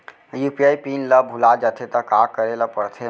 UPI PIN ल भुला जाथे त का करे ल पढ़थे?